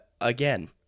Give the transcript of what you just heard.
again